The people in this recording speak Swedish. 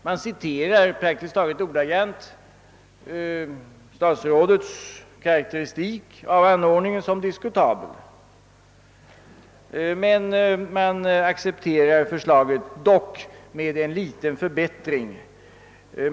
Man citerar praktiskt taget ordagrant statsrådets karakteristik av anordningen som diskutabel men accepterar förslaget, dock med en liten förbättring.